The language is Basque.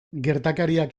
gertakariak